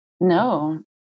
No